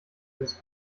des